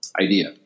idea